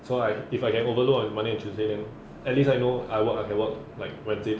so I if I can overload on monday and tuesday then at least I know I work I can work like wednesday to sunday